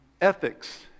ethics